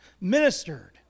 ministered